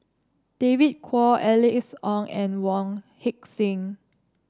David Kwo Alice Ong and Wong Heck Sing